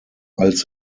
als